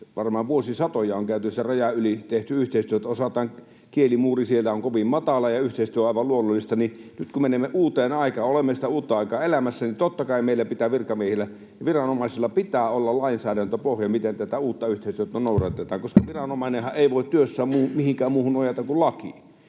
varmaan vuosisatoja käytännössä on rajan yli tehty yhteistyötä. Osaltaan kielimuuri siellä on kovin matala, ja yhteistyö on aivan luonnollista. Nyt kun menemme uuteen aikaan ja olemme sitä uutta aikaa elämässä, niin totta kai meillä pitää virkamiehillä ja viranomaisilla olla lainsäädäntöpohja, miten tätä uutta yhteistyötä noudatetaan, koska viranomainenhan ei voi työssään mihinkään muuhun nojata kuin lakiin.